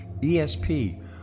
ESP